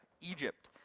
Egypt